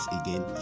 again